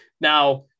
Now